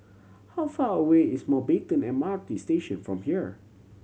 how far away is Mountbatten M R T Station from here